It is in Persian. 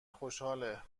خوشحاله